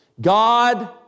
God